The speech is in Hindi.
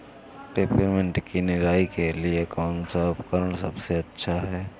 पिपरमिंट की निराई के लिए कौन सा उपकरण सबसे अच्छा है?